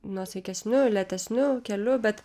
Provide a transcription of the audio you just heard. nuosaikesniu lėtesniu keliu bet